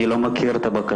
אני לא מכיר את הבקשה.